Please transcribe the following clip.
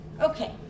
okay